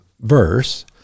verse